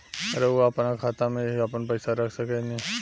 रउआ आपना खाता में ही आपन पईसा रख सकेनी